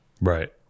Right